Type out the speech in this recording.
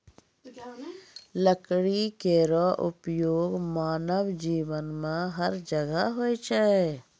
लकड़ी केरो उपयोग मानव जीवन में हर जगह होय छै